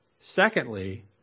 Secondly